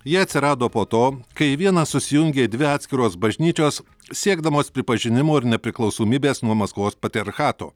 ji atsirado po to kai į vieną susijungė dvi atskiros bažnyčios siekdamos pripažinimo ir nepriklausomybės nuo maskvos patriarchato